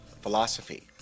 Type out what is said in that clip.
philosophy